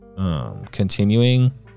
Continuing